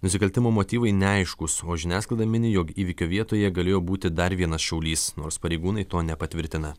nusikaltimo motyvai neaiškūs o žiniasklaida mini jog įvykio vietoje galėjo būti dar vienas šaulys nors pareigūnai to nepatvirtina